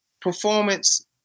Performance